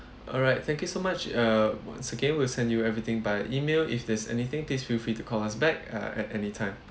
alright thank you so much uh once again we'll send you everything via email if there's anything please feel free to call us back uh at anytime